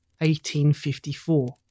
1854